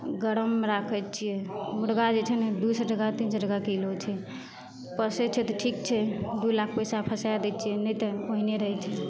गरममे राखै छिए मुरगा जे छै ने दुइ सओ टका तीन सओ टका किलो छै पोसै छिए तऽ ठीक छै दुइ लाख पइसा फसा दै छिए नहि तऽ ओहिने रहै छै